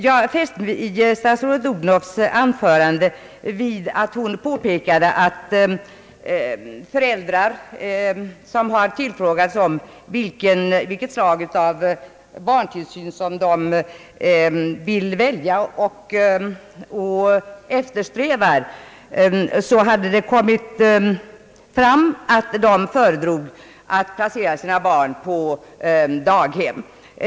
Jag fäste mig vid statsrådet Odhnoffs påpekande om vad de föräldrar svarat som tillfrågats om vilket slags barntillsyn de väljer och eftersträvar att få. Statsrådet sade att de föredrar att placera sina barn på daghem.